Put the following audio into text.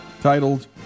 titled